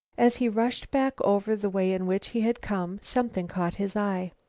as he rushed back over the way in which he had come, something caught his eye.